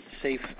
safe